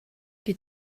die